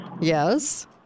Yes